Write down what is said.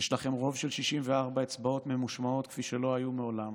יש לכם רוב של 64 אצבעות ממושמעות כפי שלא היו מעולם.